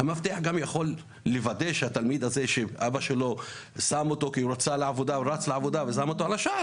תפקיד המאבטח הוא גם לדאוג לתלמיד הזה שאבא שלו מיהר ועזב אותו בשער,